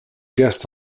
guest